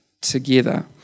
together